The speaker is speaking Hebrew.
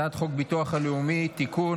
הצעת חוק הביטוח הלאומי (תיקון,